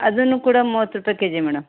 ಅದೂ ಕೂಡ ಮೂವತ್ತು ರೂಪಾಯಿ ಕೆಜಿ ಮೇಡಮ್